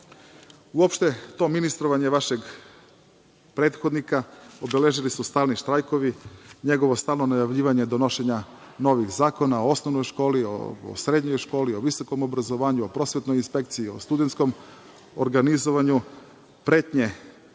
Uopšte to ministrovanje vašeg prethodnika obeležili su stalni štrajkovi, njegovo stalno najavljivanje donošenja novih zakona o osnovnoj školi, o srednjoj školi, o visokom obrazovanju, o prosvetnoj inspekciji, o studentskom organizovanju, pretnje